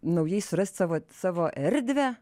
naujai surast savo savo erdvę